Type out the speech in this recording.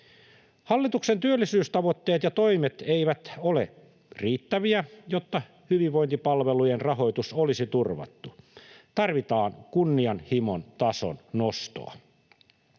Hallituksen työllisyystavoitteet ja -toimet eivät ole riittäviä, jotta hyvinvointipalvelujen rahoitus olisi turvattu. Tarvitaan kunnianhimon tason nostoa.